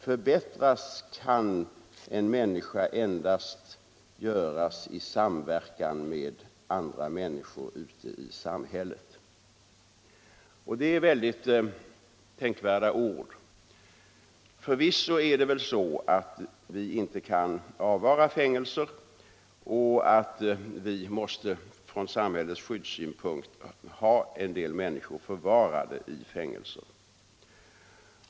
Förbättras kan en människa endast i samverkan med andra människor ute i samhället. Det är tänkvärda ord. Förvisso är det så att vi inte kan avvara fängelser och att vi måste för samhällets skydd ha en del människor förvarade i fängelser.